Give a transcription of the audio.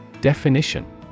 Definition